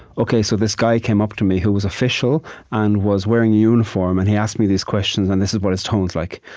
ok, so this guy came up to me who was official and was wearing a uniform, and he asked me these questions, and this is what his tone was like.